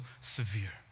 severe